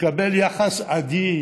לקבל יחס אדיר